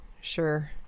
sure